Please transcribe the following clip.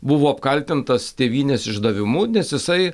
buvo apkaltintas tėvynės išdavimu nes jisai